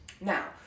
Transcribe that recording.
Now